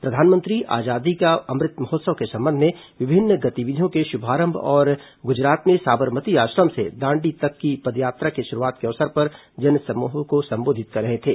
प्रधानमंत्री आजादी का अमृत महोत्सव के संबंध में विभिन्न गतिविधियों के शुभारंभ और गुजरात में साबरमती आश्रम से दांडी तक की पदयात्रा के शुरूआत के अवसर पर जनसमूह को संबोधित कर रहे थे